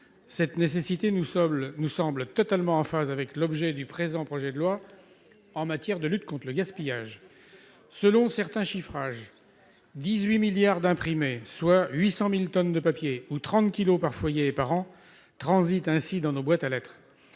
Cette nécessité nous semble totalement en phase avec l'objet du présent projet de loi en matière de lutte contre le gaspillage. Selon certains chiffrages, quelque 18 milliards d'imprimés, soit 800 000 tonnes de papier ou 30 kilos par foyer par an, transitent ainsi dans nos boîtes aux lettres.